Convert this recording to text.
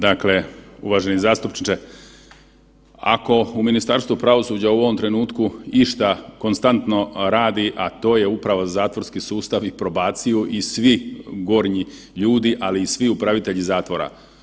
Dakle, uvaženi zastupniče, ako u Ministarstvu pravosuđa u ovom trenutku išta konstantno radi, a to je upravo zatvorski sustav i probaciju i svi gornji ljudi, ali i svi upravitelji zatvora.